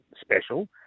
special